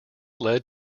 led